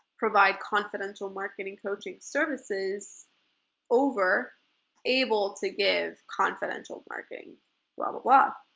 provide confidential marketing coaching services over able to give confidential marketing blah but blah